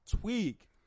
tweak